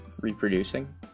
reproducing